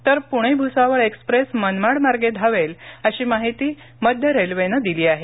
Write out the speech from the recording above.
तर पुणे भुसावळ एक्स्प्रेस मनमाड मार्गे धावेल अशी माहिती मध्य रेल्वेनं दिली आहे